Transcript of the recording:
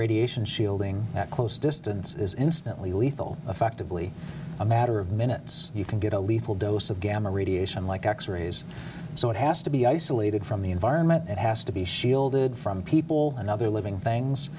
radiation shielding at close distance is instantly lethal effectively a matter of minutes you can get a lethal dose of gamma radiation like x rays so it has to be isolated from the environment and has to be shielded from people and other living things